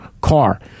car